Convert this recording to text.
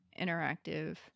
interactive